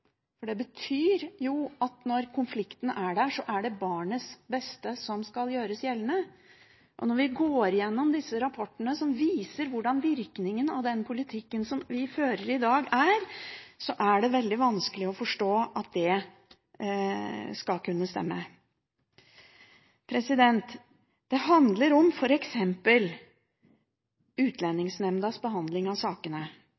Det betyr at når konflikten er der, er det barnets beste som skal gjøres gjeldende. Når vi går igjennom disse rapportene som viser hvordan virkningen av den politikken vi fører i dag, er, er det veldig vanskelig å forstå at det stemmer. Det handler f.eks. om